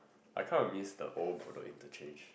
I kind of miss the old Bedok-Interchange